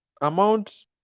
amount